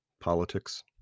politics